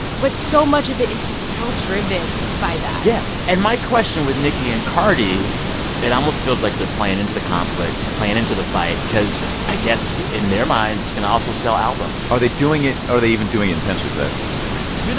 but so much of it is still driven by that yeah. and my question with nicki and cardi it almost feels like they're playing into the conflict, playing into the fight cause i guess in their minds it's going to also sell albums are they doing it are they even doing intentionally for that reason? do they